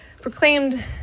proclaimed